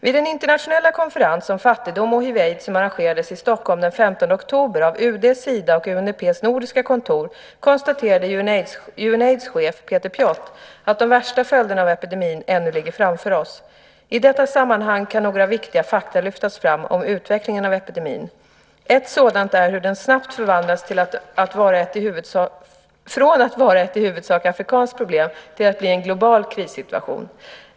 Vid den internationella konferens om fattigdom och hiv/aids som arrangerades i Stockholm den 15 oktober av UD, Sida och UNDP:s nordiska kontor, konstaterade UNAIDS chef Peter Piot att de värsta följderna av epidemin ännu ligger framför oss. I detta sammanhang kan några viktiga fakta lyftas fram om utvecklingen av epidemin. Ett sådant är hur den snabbt förvandlas från att vara ett i huvudsak afrikanskt problem till att bli en global krissituation.